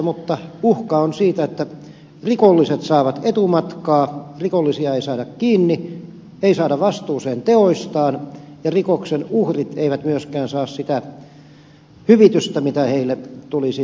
mutta uhka on siitä että rikolliset saavat etumatkaa rikollisia ei saada kiinni ei saada vastuuseen teoistaan ja rikoksen uhrit eivät myöskään saa sitä hyvitystä mitä heille tulisi antaa